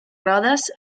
rodes